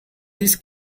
this